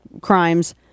crimes